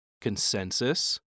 Consensus